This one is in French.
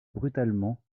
brutalement